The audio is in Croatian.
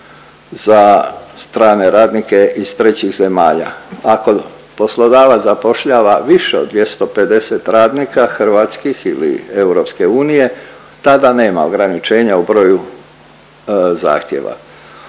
za strane radnike iz trećih zemalja. Ako poslodavac zapošljava više od 250 radnika hrvatskih ili EU tada nema ograničenja u broju zahtjeva.